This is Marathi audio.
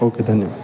ओके धन्यवाद